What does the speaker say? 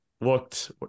looked